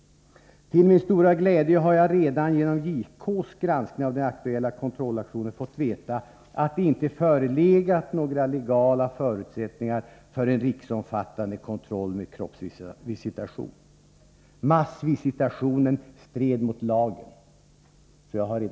Till min stora glädje har jag redan genom JK:s Branson av den aktisla Om tullens kroppskontrollaktionen fått veta att det inte funnits några legala förutsättningar för PR visitation av svens en riksomfattande kontroll med kroppsvisitation. Massvisitationen stred mot lagen.